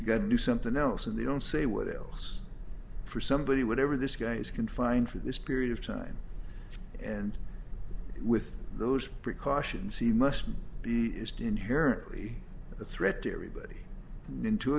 you got to do something else and they don't say what else for somebody whatever this guy is confined for this period of time and with those precautions he must be used inherently a threat to everybody